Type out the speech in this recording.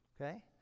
okay